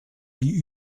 die